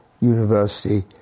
university